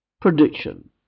Prediction